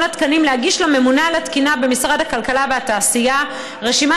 התקנים להגיש לממונה על התקינה במשרד הכלכלה והתעשייה רשימה